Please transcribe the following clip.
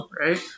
Right